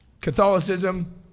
Catholicism